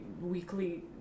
weekly